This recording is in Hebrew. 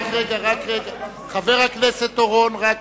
אני